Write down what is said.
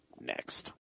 next